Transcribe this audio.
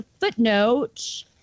footnote